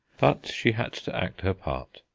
but she had to act her part,